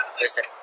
Listen